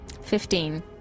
Fifteen